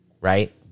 right